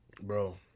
Bro